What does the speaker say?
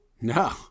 No